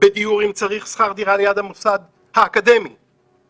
כולל שכר דירה ליד המוסד האקדמי אם צריך.